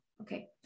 okay